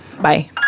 Bye